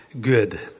good